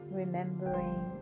remembering